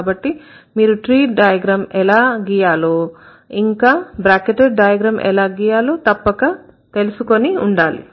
కాబట్టి మీరు tree diagram ఎలా గీయాలో ఇంకా బ్రాకెటెడ్ డైగ్రామ్ ఎలా గీయాలో తప్పక తెలుసుకుని ఉండాలి